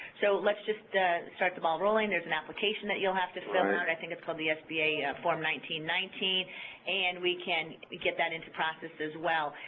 so let's just start the ball rolling, there's an application that you'll have to fill and out, i think it's called the sba ah form one and we can get that into process as well.